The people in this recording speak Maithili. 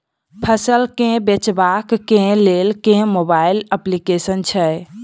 फसल केँ बेचबाक केँ लेल केँ मोबाइल अप्लिकेशन छैय?